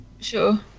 sure